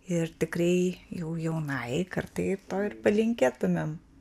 ir tikrai jau jaunajai kartai to ir palinkėtumėm